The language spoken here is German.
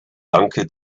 danke